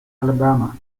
alabama